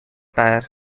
tyre